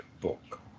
book